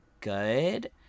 good